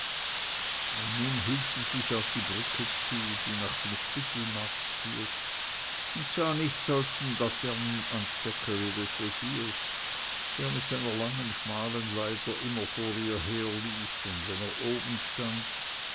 und nun hielt sie sich auf die brücke zu die nach dem spittelmarkt führt und sah nichts als den laternenanstecker ihres reviers der mit seiner langen schmalen leiter immer vor ihr her lief und wenn er oben stand